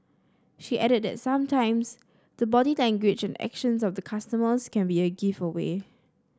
she added that sometimes the body language and actions of the customers can be a giveaway